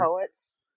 poets